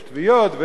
ויש תביעות,